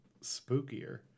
spookier